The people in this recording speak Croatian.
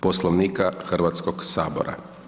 Poslovnika Hrvatskoga sabora.